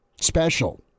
special